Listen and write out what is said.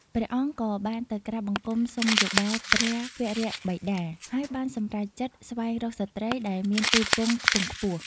ព្រះអង្គក៏បានទៅក្រាបបង្គំសុំយោបល់ព្រះវរបិតា ហើយបានសម្រេចចិត្តស្វែងរកស្ត្រីដែលមានពូជពង្សខ្ពង់ខ្ពស់។